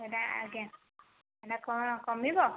ସେ'ଟା ଆଜ୍ଞା ସେ'ଟା କଣ କମିବ